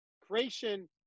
creation